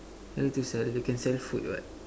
don't need to sell you can sell food what